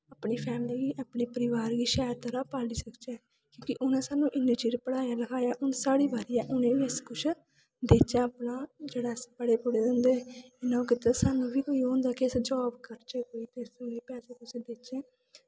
अपनी फैमली गी अपने परिवार गी शैल करियै पाली सकचै क्योंकि उ'नें सानूं इन्ना चिर पढ़ाया लखाया हून साढ़ी बारी उ'नें गी अस कुछ देचै अपना जेह्ड़ा अस पढ़े पुढ़े दे ते सानूं बी ओह् होंदा कि जाब करचै कोई पैसे पूसे देचै